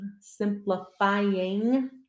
simplifying